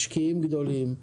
משקיעים גדולים,